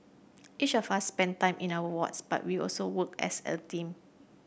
each of us spend time in our wards but we also work as a team